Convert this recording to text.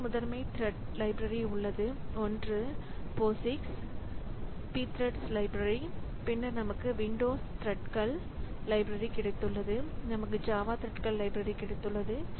மூன்று முதன்மை thread library உள்ளது ஒன்று POSIX Pthreads லைப்ரரி பின்னர் நமக்கு விண்டோஸ் த்ரெட்கள் லைப்ரரி கிடைத்துள்ளது நமக்கு ஜாவா த்ரெட்கள் லைப்ரரி கிடைத்துள்ளது